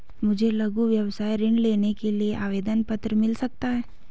मुझे लघु व्यवसाय ऋण लेने के लिए आवेदन पत्र मिल सकता है?